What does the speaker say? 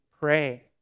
pray